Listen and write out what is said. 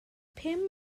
pum